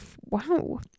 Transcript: Wow